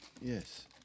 Yes